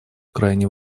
крайне